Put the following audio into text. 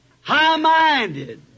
high-minded